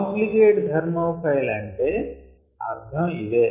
obligate thermophile అంటే అర్ధం ఇదే